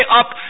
up